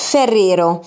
Ferrero